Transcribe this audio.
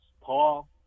Paul